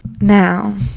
now